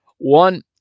One